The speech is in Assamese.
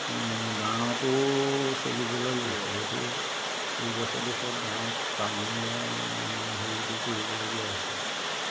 এ গাঁৱতো চলিবলৈ লৈছে সেইটো পৰিৱেশৰ দোষত গাঁৱত টাউনীয়া মানে হেৰিটো কৰিবলগীয়া হৈছে